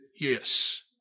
yes